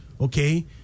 okay